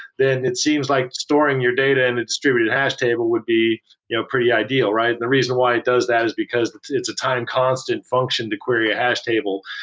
then it seems like storing your data in a distributed hash table would be you know pretty ideal, right? the reason why it does that is because it's it's a time constant function to query a hash table.